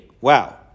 Wow